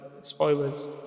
Spoilers